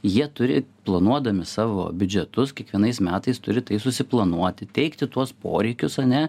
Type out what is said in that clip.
jie turi planuodami savo biudžetus kiekvienais metais turi tai susiplanuoti teikti tuos poreikius ane